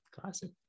classic